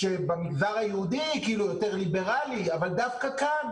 שבמגזר היהודי כאילו יותר ליברלים, אבל דווקא כאן